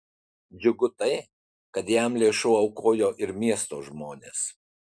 džiugu tai kad jam lėšų aukojo ir miesto žmonės